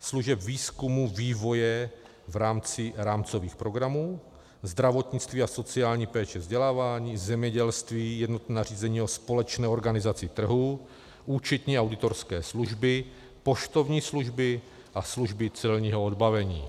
služeb výzkumu, vývoje v rámci rámcových programů, zdravotnictví a sociální péče, vzdělávání, zemědělství, jednotné nařízení o společné organizaci trhu, účetní auditorské služby, poštovní služby a služby celního odbavení.